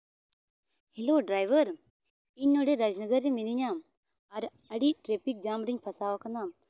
hello driver ᱤᱧ ᱱᱚᱸᱰᱮ ᱨᱟᱡᱽᱱᱚᱜᱚᱨ ᱨᱮ ᱢᱤᱱᱟᱹᱧᱟ ᱟᱨ ᱟᱹᱰᱤ ᱴᱨᱟᱯᱷᱤᱠ ᱡᱟᱢ ᱨᱤᱧ ᱯᱷᱟᱥᱟᱣᱟᱠᱟᱱᱟ